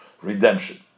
redemption